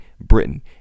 Britain